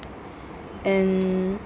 and